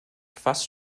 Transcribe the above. fast